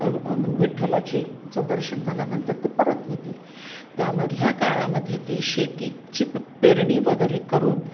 विठ्ठलाचं दर्शन झाल्यानंतर ते परत येतील त्यामधल्या काळामध्ये ते शेतीची पेरणी वगैरे करून